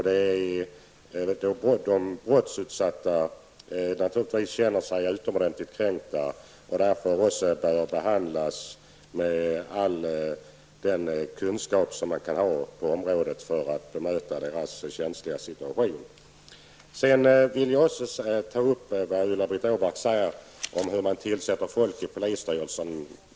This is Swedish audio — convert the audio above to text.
De brottsutsatta känner sig naturligtvis utomordentligt kränkta, och man måste använda all den kunskap som kan finnas på området för att bemöta dem i denna känsliga situation. Jag vill också beröra det Ulla-Britt Åbark sade om hur man tillsätter ledamöter i polisstyrelserna.